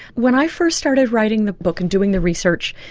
when i first started writing the book and doing the research,